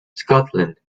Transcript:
scotland